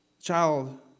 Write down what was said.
child